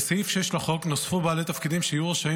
לסעיף 6 לחוק נוספו בעלי תפקידים שיהיו רשאים